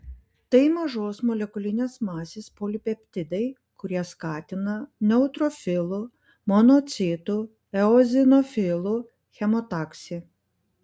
tai mažos molekulinės masės polipeptidai kurie skatina neutrofilų monocitų eozinofilų chemotaksį